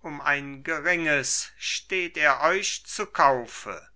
um ein geringes steht er euch zu kaufe